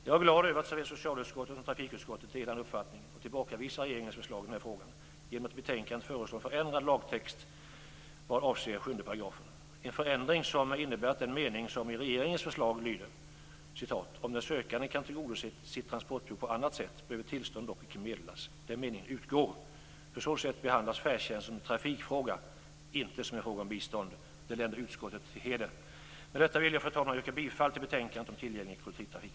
Jag är glad över att såväl socialutskottet som trafikutskottet är av den uppfattningen och tillbakavisar regeringens förslag i denna fråga genom att i betänkandet föreslå en förändrad lagtext vad avser sjunde paragrafen. En mening i regeringens förslag lyder: "Om den sökande kan tillgodose sitt transportbehov på annat sätt, behöver tillstånd dock inte meddelas". Förändringen innebär att denna mening utgår. På så sätt behandlas färdtjänst som en trafikfråga och inte som en fråga om bistånd. Det länder utskottet till heder. Med detta vill jag, fru talman, yrka bifall till hemställan i betänkandet om tillgänglig kollektivtrafik.